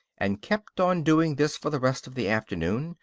and kept on doing this for the rest of the afternoon,